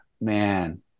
man